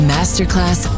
Masterclass